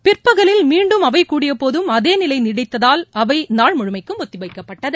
பிற்பகலில் மீண்டும் அவை கூடியபோதும் அதே நிலை நீடித்ததால் அவை நாள் முழுமைக்கும் ஒத்திவைக்கப்பட்டது